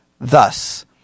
thus